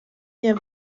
nie